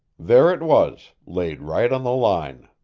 there it was, laid right on the line.